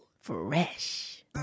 fresh